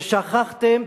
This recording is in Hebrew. שכחתם,